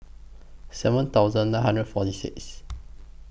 seven thousand nine hundred forty six